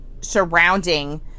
surrounding